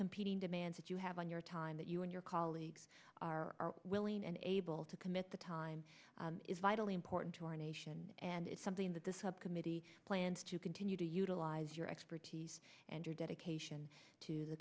competing demands that you have on your time that you and your colleagues are willing and able to commit the time is vitally important to our nation and it's something that the subcommittee plans to continue to utilize your expertise and your dedication to the